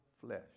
flesh